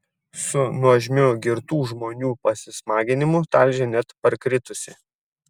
su nuožmiu girtų žmonių pasismaginimu talžė net parkritusį